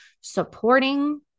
supporting